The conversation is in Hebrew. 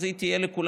אז היא תהיה לכולם.